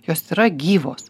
jos yra gyvos